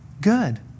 good